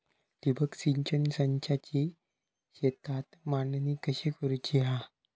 ठिबक सिंचन संचाची शेतात मांडणी कशी करुची हा?